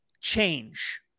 change